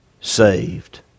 saved